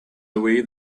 away